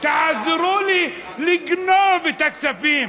תעזרו לי לגנוב את הכספים,